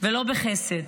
ולא בחסד.